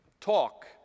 talk